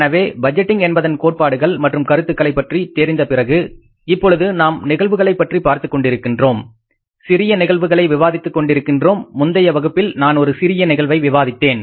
எனவே பட்ஜெட்டிங் என்பதன் கோட்பாடுகள் மற்றும் கருத்துக்களை பற்றி தெரிந்த பிறகு இப்பொழுது நாம் நிகழ்வுகளைப் பற்றி பார்த்துக் கொண்டிருக்கின்றோம் சிறிய நிகழ்வுகளை விவாதித்துக் கொண்டிருக்கின்றோம் முந்தைய வகுப்பில் நான் ஒரு சிறிய நிகழ்வை விவாதித்தேன்